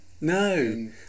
No